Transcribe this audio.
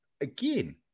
Again